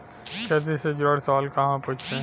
खेती से जुड़ल सवाल कहवा पूछी?